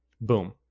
Boom